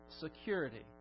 security